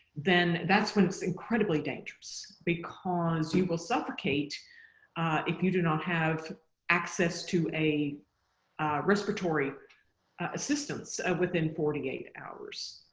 then that's when it's incredibly dangerous because you will suffocate if you do not have access to a respiratory assistance within forty eight hours.